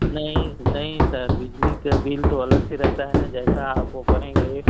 नहीं नहीं सर बिजली का बिल तो अलग ही रहता है ना जैसा आप वह भरेंगे